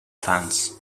plants